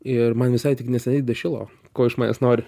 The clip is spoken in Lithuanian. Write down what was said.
ir man visai tik neseniai dašilo ko iš manęs nori